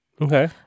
Okay